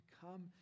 come